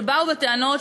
שבאו בטענות,